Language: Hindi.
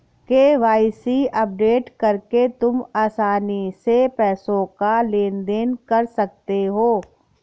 के.वाई.सी अपडेट करके तुम आसानी से पैसों का लेन देन कर सकते हो